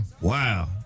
Wow